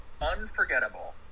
Unforgettable